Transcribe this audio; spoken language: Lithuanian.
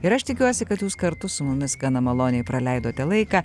ir aš tikiuosi kad jūs kartu su mumis gana maloniai praleidote laiką